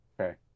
Okay